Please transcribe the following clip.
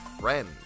friend